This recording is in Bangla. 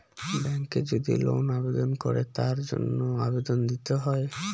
ব্যাঙ্কে যদি লোন আবেদন করে তার জন্য আবেদন দিতে হয়